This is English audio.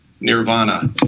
nirvana